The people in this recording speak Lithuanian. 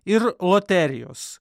ir loterijos